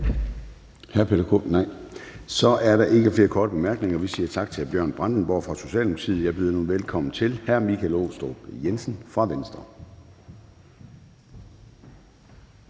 (Søren Gade): Så er der ikke flere korte bemærkninger. Vi siger tak til hr. Bjørn Brandenborg fra Socialdemokratiet. Jeg byder nu velkommen til hr. Michael Aastrup Jensen fra Venstre.